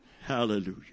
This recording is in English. Hallelujah